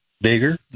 bigger